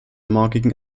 morgigen